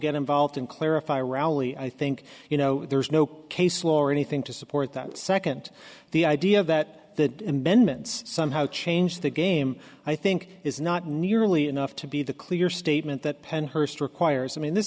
get involved in clarify rally i think you know there is no case law or anything to support that second the idea that the amendments somehow change the game i think is not nearly enough to be the clear statement that penn hurst requires i mean this